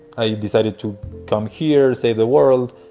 i decided to come here, save the world.